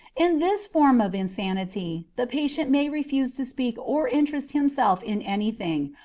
in this form of insanity the patient may refuse to speak or interest himself in any thing,